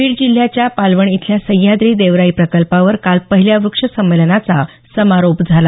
बीड जिल्ह्याच्या पालवण इथल्या सह्याद्री देवराई प्रकल्पावर काल पहिल्या व्रक्ष संमेलनाचा समारोप झाला